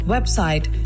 Website